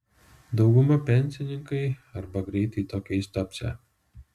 dauguma pensininkai arba greitai tokiais tapsią